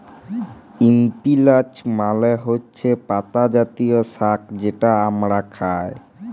ইস্পিলাচ মালে হছে পাতা জাতীয় সাগ্ যেট আমরা খাই